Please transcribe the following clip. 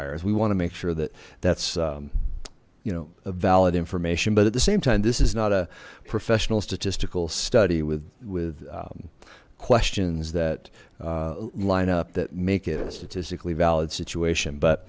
ers we want to make sure that that's you know valid information but at the same time this is not a professional statistical study with with questions that line up that make it a statistically valid situation but